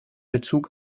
bezug